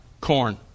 Corn